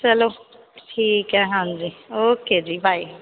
ਚਲੋ ਠੀਕ ਹੈ ਹਾਂਜੀ ਓਕੇ ਜੀ ਬਾਏ